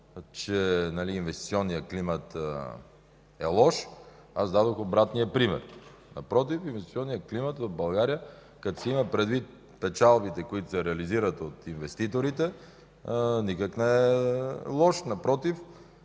че инвестиционният климат е лош, аз дадох обратния пример. Напротив, инвестиционният климат в България, като се имат предвид печалбите, които се реализират от инвеститорите, никак не е лош. Напротив!